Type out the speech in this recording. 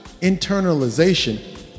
internalization